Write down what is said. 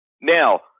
Now